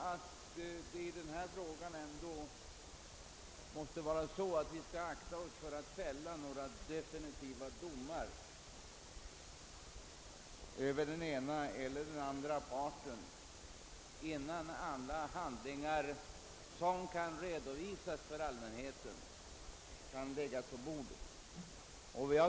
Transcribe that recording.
Vi måste emellertid akta oss för att fälla domar över den ena eller den andra parten innan alla handlingar som kan redovisas för allmänheten har lagts på bordet.